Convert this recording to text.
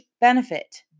benefit